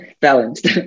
balanced